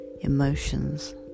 Emotions